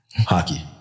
Hockey